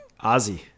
ozzy